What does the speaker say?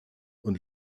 und